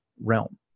realm